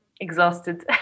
exhausted